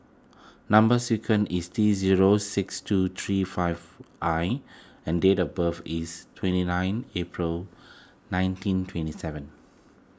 Number Sequence is T zero six two three five I and date of birth is twenty nine April nineteen twenty seven